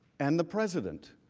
and the president.